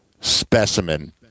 specimen